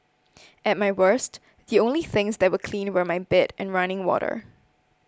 at my worst the only things that were clean were my bed and running water